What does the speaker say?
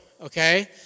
okay